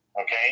okay